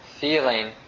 feeling